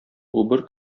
убыр